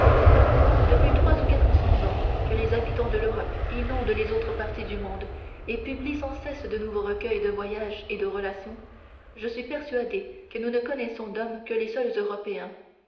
depuis trois ou quatre cents ans que les habitants de l'europe inondent les autres parties du monde et publient sans cesse de nouveaux recueils de voyages et de relations je suis persuadé que nous ne connaissons d'hommes que les seuls européens